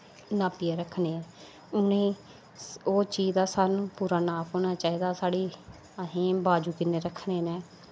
नापियै रक्खने ऐं उ'नें गी ओह् चीज़ दा सानूं पूरा नाप होना चाहिदा साढ़ी असें बाज़ू किन्ने रक्खने न